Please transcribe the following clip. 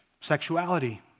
sexuality